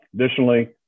Additionally